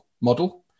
model